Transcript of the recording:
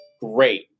Great